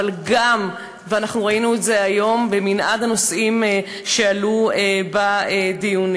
ואנחנו ראינו את זה היום במנעד הנושאים שעלו בדיונים.